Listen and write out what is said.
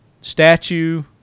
statue